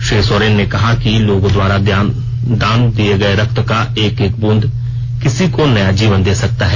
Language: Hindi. श्री सोरेन ने कहा कि लोगों द्वारा दान दिए गए रक्त का एक एक ब्रंद किसी को नया जीवन दे सकता है